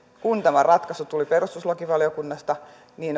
kun tämä ratkaisu tuli perustuslakivaliokunnasta